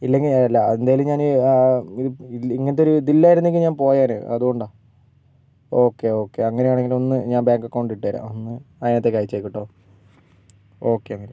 ഇല്ലെങ്കിൽ ഞാൻ അല്ല എന്തായാലും ഞാൻ ഇങ്ങനത്തെ ഒരു ഇതില്ലായിരുന്നെങ്കിൽ ഞാൻ പോയേനെ അതുകൊണ്ടാണ് ഓക്കെ ഓക്കെ അങ്ങനെ ആണെങ്കിൽ ഒന്ന് ഞാൻ ബാങ്ക് അക്കൗണ്ട് ഇട്ടുതരാം ഒന്ന് അതിനകത്തേക്ക് അയച്ചേക്കൂ കേട്ടോ ഓക്കെ എന്നാൽ